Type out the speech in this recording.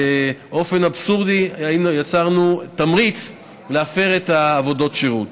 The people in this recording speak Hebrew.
באופן אבסורדי יצרנו תמריץ להפר את עבודות השירות.